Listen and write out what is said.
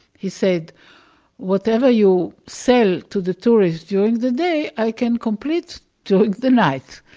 he said whatever you sell to the tourists during the day, i can complete during the night.